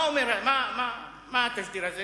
מה התשדיר הזה?